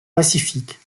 pacifique